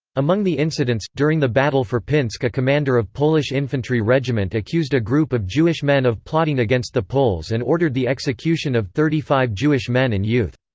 among the incidents, during the battle for pinsk a commander of polish infantry regiment accused a group of jewish men of plotting against the poles and ordered the execution of thirty-five jewish men and youth.